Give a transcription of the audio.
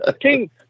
King